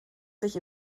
sich